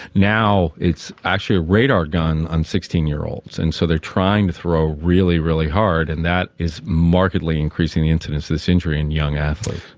now it's actually a radar gun on sixteen year olds. and so they are trying to throw really, really hard, and that is markedly increasing the incidence of this injury in young athletes.